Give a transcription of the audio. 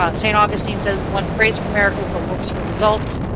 augustine augustine says, one prays for miracles but works for results.